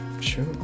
sure